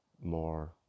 more